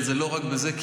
אני חושב שזה לא רק בזה,